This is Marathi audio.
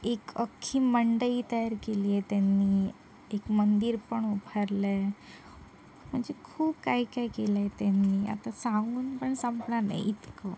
एक अख्खी मंडई तयार केली आहे त्यांनी एक मंदिर पण उभारलं आहे म्हणजे खूप काही काही केलं आहे त्यांनी आता सांगून पण संपणार नाही इतकं